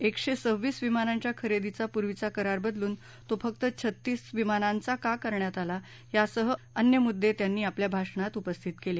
एकशे सव्वीस विमानांच्या खरेदीचा पूर्वीचा करार बदलून तो फक्त छत्तीस विमानांचा का करण्यात आला यासह अन्य मुद्दे त्यांनी आपल्या भाषणात उपस्थित केले